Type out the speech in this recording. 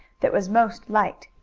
that was most liked.